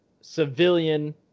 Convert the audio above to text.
civilian